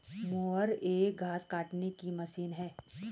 mower एक घास काटने की मशीन है